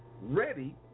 ready